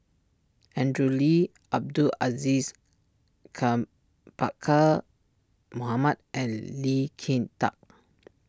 Andrew Lee Abdul Aziz come Pakkeer Mohamed and Lee Kin Tat